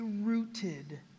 rooted